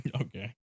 Okay